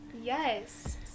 yes